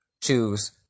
Choose